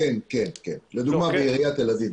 לדוגמה בעיריית תל אביב.